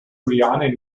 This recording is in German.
juliane